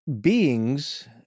beings